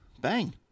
bang